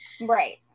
Right